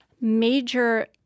major